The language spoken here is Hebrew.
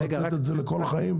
זה לתת את זה לכל החיים.